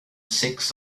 six